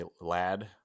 lad